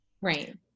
right